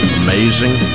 amazing